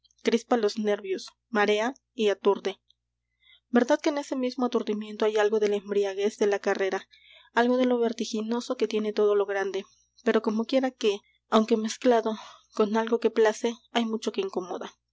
empedrada crispa los nervios marea y aturde verdad que en ese mismo aturdimiento hay algo de la embriaguez de la carrera algo de lo vertiginoso que tiene todo lo grande pero como quiera que aunque mezclado con algo que place hay mucho que incomoda